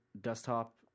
desktop